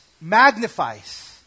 magnifies